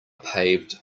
paved